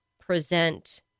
present